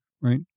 right